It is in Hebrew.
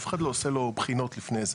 אף אחד לא עושה לו בחינות לפני זה.